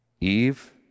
Eve